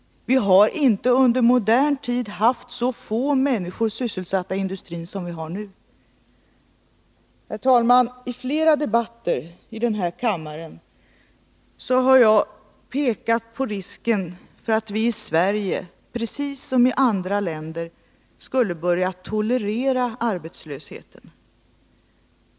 Vi har inte i modern tid haft så få människor sysselsatta i industrin som vi har nu. Herr talman! I flera debatter här i kammaren har jag pekat på risken att vi i Sverige, precis som fallet är i andra länder, skulle börja tolerera arbetslösheten.